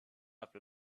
after